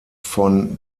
von